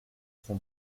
ton